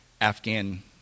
Afghan